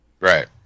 Right